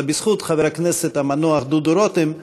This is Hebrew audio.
אלא בזכות חבר הכנסת המנוח דודו רותם,